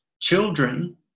children